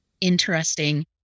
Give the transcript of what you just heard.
interesting